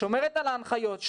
שומרת על ההנחיות,